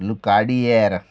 luca deer